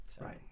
Right